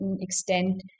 extent